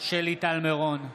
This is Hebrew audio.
שלי טל מירון,